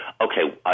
okay